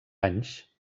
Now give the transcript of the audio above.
anys